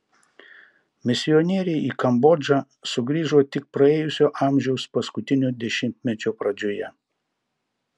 misionieriai į kambodžą sugrįžo tik praėjusio amžiaus paskutinio dešimtmečio pradžioje